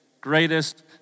greatest